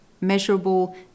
measurable